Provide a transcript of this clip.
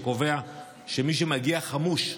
שקובע שמי שמגיע חמוש,